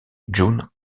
jun